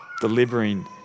delivering